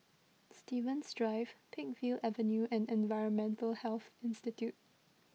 Stevens Drive Peakville Avenue and Environmental Health Institute